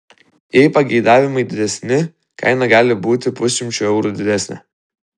jei pageidavimai didesni kaina gali būti pusšimčiu eurų didesnė